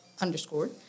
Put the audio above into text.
underscore